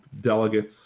delegates